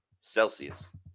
Celsius